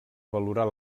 valorar